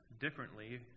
differently